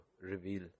reveal